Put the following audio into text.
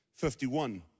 51